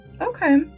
okay